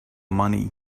money